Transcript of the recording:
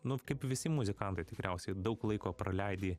nu kaip visi muzikantai tikriausiai daug laiko praleidi